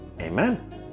Amen